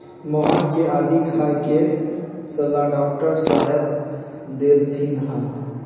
मोहन के आदी खाए के सलाह डॉक्टर साहेब देलथिन ह